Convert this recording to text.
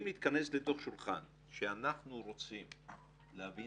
אם נתכנס לתוך שולחן שאנחנו רוצים להבין